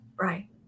Right